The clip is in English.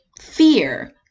fear